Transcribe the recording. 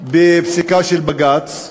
בפסיקה של בג"ץ,